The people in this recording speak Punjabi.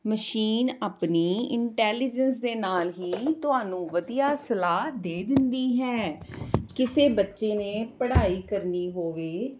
ਮਸ਼ੀਨ ਆਪਣੀ ਇੰਟੈਲੀਜਸ ਦੇ ਨਾਲ ਹੀ ਤੁਹਾਨੂੰ ਵਧੀਆ ਸਲਾਹ ਦੇ ਦਿੰਦੀ ਹੈ ਕਿਸੇ ਬੱਚੇ ਨੇ ਪੜ੍ਹਾਈ ਕਰਨੀ ਹੋਵੇ